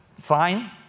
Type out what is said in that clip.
fine